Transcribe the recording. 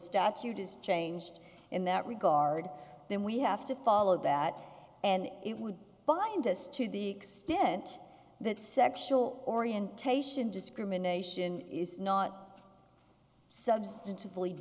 statute is changed in that regard then we have to follow that and it would bind us to the extent that sexual orientation discrimination is not substantive